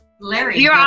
Larry